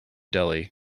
deli